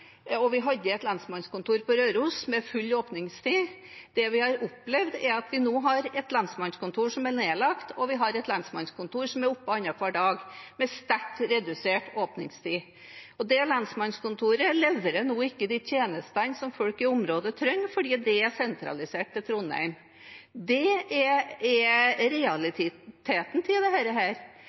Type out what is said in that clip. og vi hadde et lensmannskontor på Røros med full åpningstid. Det vi har opplevd, er at vi nå har et lensmannskontor som er nedlagt, og vi har et lensmannskontor som er åpent annenhver dag, med sterkt redusert åpningstid. Og det lensmannskontoret leverer nå ikke de tjenestene som folk i området trenger, fordi det er sentralisert til Trondheim. Det er realiteten i dette. Samlet sett er det